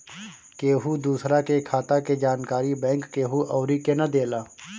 केहू दूसरा के खाता के जानकारी बैंक केहू अउरी के ना देला